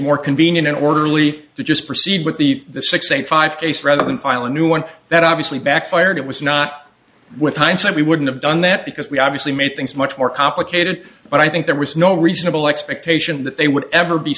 more convenient and orderly to just proceed with the six eight five case rather than file a new one that obviously backfired it was not with hindsight we wouldn't have done that because we obviously made things much more complicated but i think there was no reasonable expectation that they would ever be